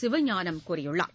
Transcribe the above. சிவஞானம் கூறியுள்ளார்